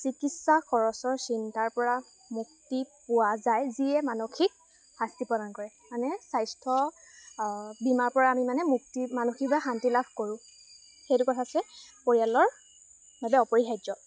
চিকিৎসা খৰচৰ চিন্তাৰপৰা মুক্তি পোৱা যায় যিয়ে মানসিক শাস্তি প্ৰদান কৰে মানে স্বাস্থ্য বীমাৰপৰা আমি মানে মুক্তি মানসিক বা শান্তি লাভ কৰোঁ সেইটো কথা হৈছে পৰিয়ালৰ বাবে অপৰিহাৰ্য